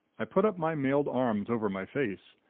i put up my mailed arms over my face.